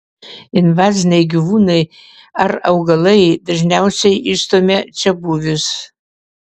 invaziniai gyvūnai ar augalai dažniausiai išstumia čiabuvius